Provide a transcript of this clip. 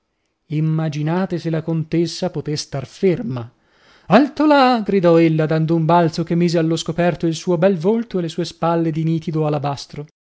immaginate se la contessa potè star ferma alto là gridò ella dando un balzo che mise allo scoperto il suo bel volto e le sue spalle di nitido alabastro